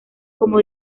como